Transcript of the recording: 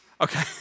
Okay